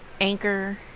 Anchor